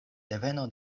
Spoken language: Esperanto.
deveno